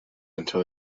until